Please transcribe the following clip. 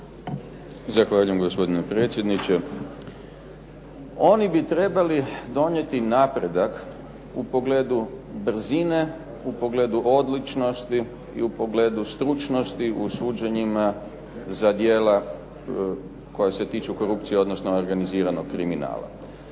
Zahvaljujem gospodine predsjedniče. Oni bi trebali donijeti napredak u pogledu brzine, u pogledu odlučnosti i u pogledu stručnosti u suđenjima za djela koja se tiču korupcije, odnosno organiziranog kriminala.